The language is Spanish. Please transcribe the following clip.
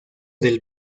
del